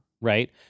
right